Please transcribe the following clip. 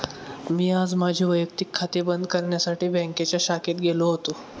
मी आज माझे वैयक्तिक खाते बंद करण्यासाठी बँकेच्या शाखेत गेलो होतो